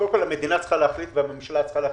קודם כול המדינה צריכה להחליט והממשלה צריכה להחליט,